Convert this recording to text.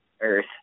Earth